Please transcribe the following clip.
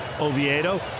Oviedo